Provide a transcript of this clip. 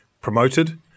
promoted